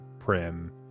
prim